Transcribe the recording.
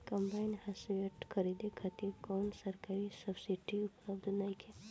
Combine harvester खरीदे खातिर कउनो सरकारी सब्सीडी उपलब्ध नइखे?